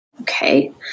Okay